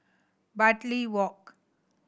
Bartley Walk